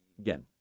Again